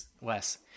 Wes